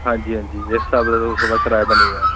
हंजी हंजी जिस स्हाबे दे होग उस स्हाब दा कराया बनी जाना